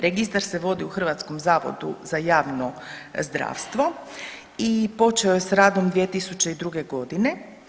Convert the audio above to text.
Registar se vodi u Hrvatskom zavodu za javno zdravstvo i počeo je sa radom 2002. godine.